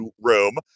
room